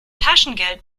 taschengeld